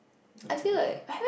Malaysia kway-teow